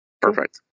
Perfect